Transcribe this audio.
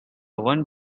one